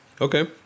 Okay